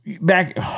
back